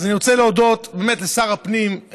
אז אני רוצה להודות לשר הפנים,